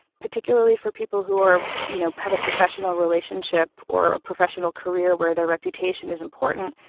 particularly for people who are you know, have a professional relationship or a professional career where their reputation is important,